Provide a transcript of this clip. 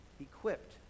equipped